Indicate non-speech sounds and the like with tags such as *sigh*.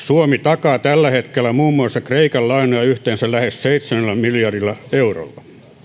*unintelligible* suomi takaa tällä hetkellä muun muassa kreikan lainoja yhteensä lähes seitsemällä miljardilla eurolla